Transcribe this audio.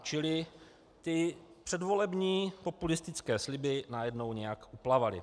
Čili ty předvolební populistické sliby najednou nějak uplavaly.